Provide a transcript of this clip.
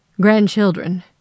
Grandchildren